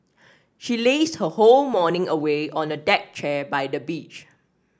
she lazed her whole morning away on a deck chair by the beach